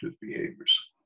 behaviors